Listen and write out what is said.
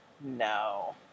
No